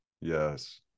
yes